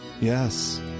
Yes